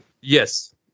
yes